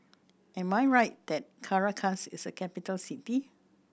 am I right that Caracas is a capital city